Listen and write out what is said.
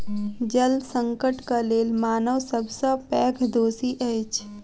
जल संकटक लेल मानव सब सॅ पैघ दोषी अछि